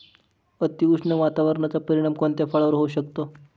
अतिउष्ण वातावरणाचा परिणाम कोणत्या फळावर होऊ शकतो?